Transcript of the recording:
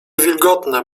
wilgotne